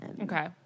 Okay